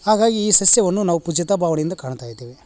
ಹಾಗಾಗಿ ಈ ಸಸ್ಯವನ್ನು ನಾವು ಪೂಜ್ಯತಾ ಭಾವ್ನೆಯಿಂದ ಕಾಣ್ತಾ ಇದ್ದೇವೆ